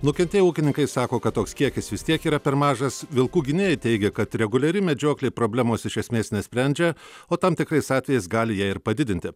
nukentėję ūkininkai sako kad toks kiekis vis tiek yra per mažas vilkų gynėjai teigia kad reguliari medžioklė problemos iš esmės nesprendžia o tam tikrais atvejais gali ją ir padidinti